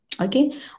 Okay